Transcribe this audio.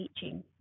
teaching